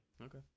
Okay